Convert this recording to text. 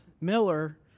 Miller